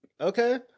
okay